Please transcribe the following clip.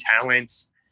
talents